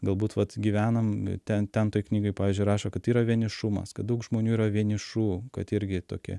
galbūt vat gyvenam ten ten toj knygoj pavyzdžiui rašo kad yra vienišumas kad daug žmonių yra vienišų kad irgi toki